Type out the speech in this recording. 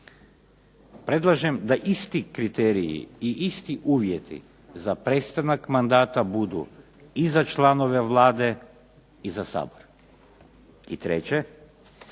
Predlažem da isti kriteriji i isti uvjeti za prestanak mandata budu i za članove Vlade i za Sabor. I treće,